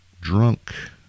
Drunk